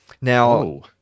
now